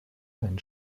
einen